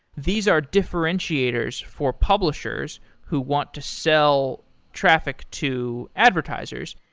these are differentiators for publishers who want to sell traffic to advertisers.